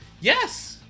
Yes